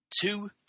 two